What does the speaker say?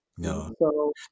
No